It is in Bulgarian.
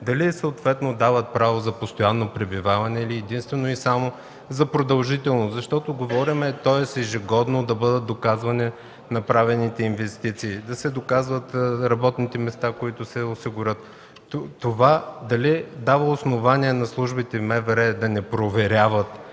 дали съответно дават право за постоянно пребиваване или единствено и само за продължително. Говорим ежегодно да бъдат доказвани направените инвестиции, да се доказват работните места, които се осигуряват. Това дали дава основание на службите от МВР да не проверяват